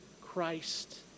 Christ